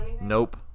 Nope